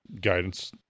guidance